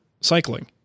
cycling